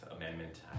Amendment